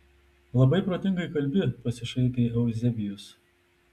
labai protingai kalbi pasišaipė euzebijus